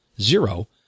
zero